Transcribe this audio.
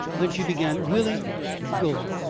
then she began, willie go!